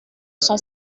cent